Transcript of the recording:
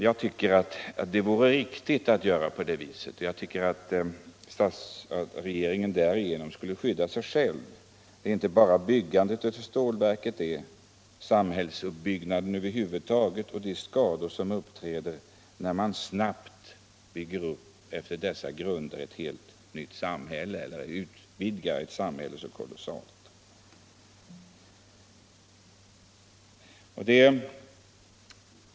Jag tycker emellertid att mitt förslag är riktigt och att regeringen därigenom skulle skydda sig själv. Det är inte bara fråga om byggandet av stålverket, utan det är fråga om samhällsuppbyggandet över huvud taget och skador som uppträder när man efter dessa grunder snabbt utvidgar ett samhälle så kolossalt.